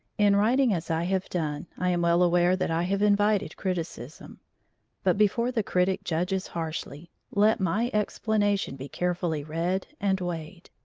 in writing as i have done, i am well aware that i have invited criticism but before the critic judges harshly, let my explanation be carefully read and weighed.